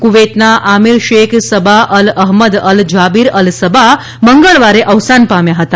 કુવૈતના Amir Sheikh Sabah Al Ahmad Al Jaber Al Sabah મંગળવારે અવસાન પામ્યા હતા